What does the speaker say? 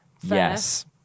Yes